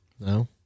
No